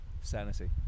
Sanity